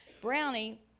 Brownie